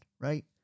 right